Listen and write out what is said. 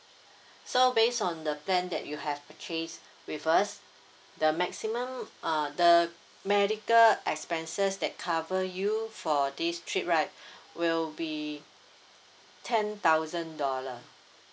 so based on the plan that you have purchase with us the maximum uh the medical expenses that cover you for this trip right will be ten thousand dollar